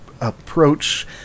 approach